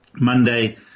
Monday